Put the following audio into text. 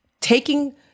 taking